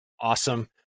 Awesome